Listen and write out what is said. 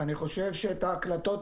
אני חושב שאת ההקלטות